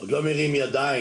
עוד לא מרים ידיים,